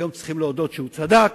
היום צריך להודות שהוא צדק,